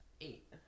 Eight